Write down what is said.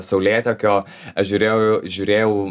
saulėtekio aš žiūrėjau žiūrėjau